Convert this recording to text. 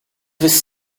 his